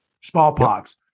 smallpox